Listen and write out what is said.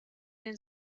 den